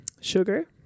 Sugar